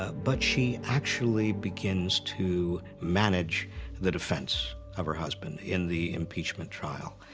ah but she actually begins to manage the defense of her husband in the impeachment trial.